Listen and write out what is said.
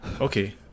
Okay